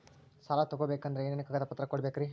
ಸಾಲ ತೊಗೋಬೇಕಂದ್ರ ಏನೇನ್ ಕಾಗದಪತ್ರ ಕೊಡಬೇಕ್ರಿ?